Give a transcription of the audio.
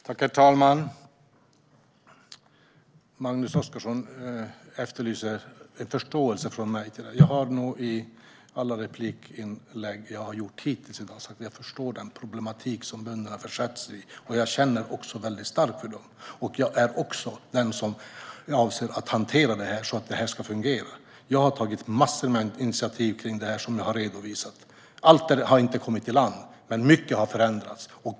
Herr talman! Magnus Oscarsson efterlyser en förståelse från mig. Jag har i alla inlägg som jag har gjort hittills i dag sagt att jag förstår den problematik som bönderna försätts i, och jag känner också väldigt starkt för dem. Jag avser även att hantera detta så att det ska fungera. Jag har tagit massor med initiativ kring det här, vilket jag har redovisat. Allting har inte rotts i land, men mycket har förändrats.